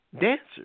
dancers